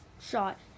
shot